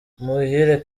muhire